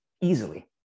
easily